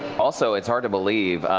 also, it's hard to believe,